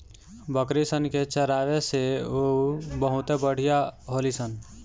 बकरी सन के चरावे से उ बहुते बढ़िया होली सन